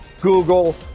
Google